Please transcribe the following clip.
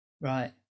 Right